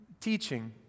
Teaching